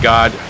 God